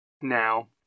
now